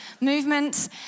movement